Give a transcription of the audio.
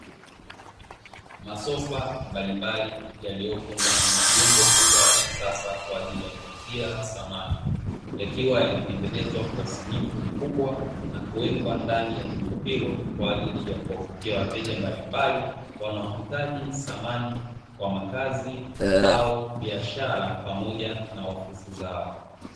Masofa mbalimbali yaliyopo ndani ya jengo kubwa la kisasa kwa ajili ya kuuzia samani, yakiwa yametengenezwa kwa usanifu mkubwa na kuwekwa ndani ya jengo hilo kwa ajili ya kuwavutia wateja mbalimbali wanaohitaji samani kwa makazi au biashara pamoja ofisi zao.